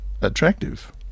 attractive